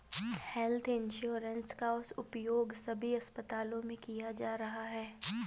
health insurance का उपयोग सभी अस्पतालों में किया जा रहा है